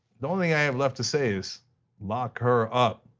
the um thing i have left to stay is lock her up.